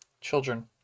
children